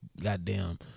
goddamn